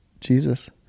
jesus